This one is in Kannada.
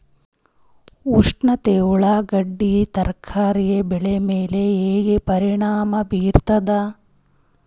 ಉಷ್ಣತೆ ಉಳ್ಳಾಗಡ್ಡಿ ತರಕಾರಿ ಬೆಳೆ ಮೇಲೆ ಹೇಂಗ ಪರಿಣಾಮ ಬೀರತದ?